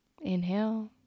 Inhale